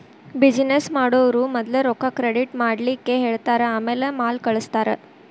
business ಮಾಡೊವ್ರು ಮದ್ಲ ರೊಕ್ಕಾ ಕ್ರೆಡಿಟ್ ಮಾಡ್ಲಿಕ್ಕೆಹೆಳ್ತಾರ ಆಮ್ಯಾಲೆ ಮಾಲ್ ಕಳ್ಸ್ತಾರ